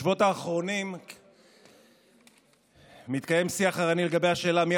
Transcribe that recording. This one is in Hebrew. בשבועות האחרונים מתקיים שיח ערני בשאלה מי